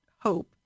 hope